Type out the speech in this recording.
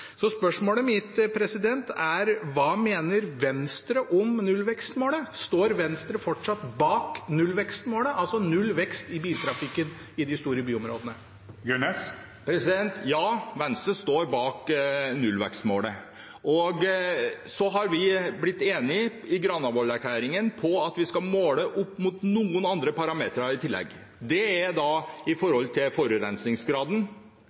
Så spørsmålet mitt er: Hva mener Venstre om nullvekstmålet? Står Venstre fortsatt bak nullvekstmålet – altså null vekst i biltrafikken i de store byområdene? Ja, Venstre står bak nullvekstmålet, og så har vi i Granavolden-erklæringen blitt enige om at vi skal måle det opp mot noen andre parametere i tillegg. Det er